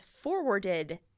forwarded